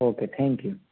okay thank you